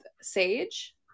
Sage